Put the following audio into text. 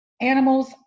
animals